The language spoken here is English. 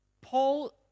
Paul